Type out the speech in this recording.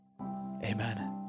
amen